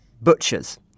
butchers